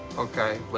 okay, but,